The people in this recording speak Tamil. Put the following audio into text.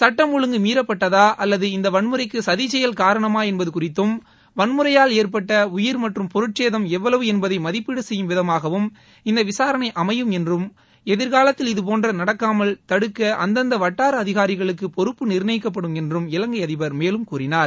சுட்டம் ஒழுங்கு மீறப்பட்டதா அல்லது இந்த வன்முறைக்கு சதிச்செயல் காரணமா என்பது குறித்தும் வன்முறையால் ஏற்பட்ட உயிர் மற்றும் பொருட்சேதம் எவ்வளவு என்பதை மதீப்பீடு செய்யும் விதமாகவும் இந்த விசாரணை அமையும் என்றும் எதிா்காலத்தில் இதுபோன்று நடக்காமல் தடுக்க அந்தந்த வட்டார அதிகாரிகளுக்க பொறுப்பு நிர்ணயிக்கப்படும் என்றும் இலங்கை அதிபர் மேலும் கூறினார்